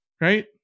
Right